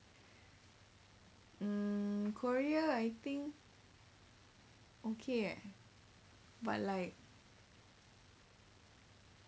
mm korea I think okay but like